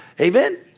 Amen